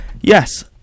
Yes